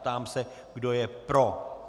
Ptám se, kdo je pro.